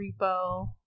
repo